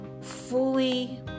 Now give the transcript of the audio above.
fully